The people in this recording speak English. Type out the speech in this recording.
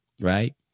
right